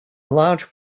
large